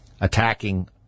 attacking